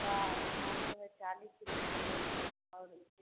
का मालदोह है चालीस रुपए और